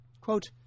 Quote